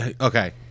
okay